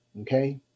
Okay